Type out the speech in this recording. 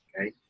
okay